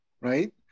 right